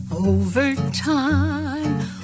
Overtime